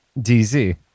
DZ